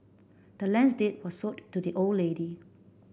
the land's deed was sold to the old lady